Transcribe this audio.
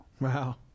Wow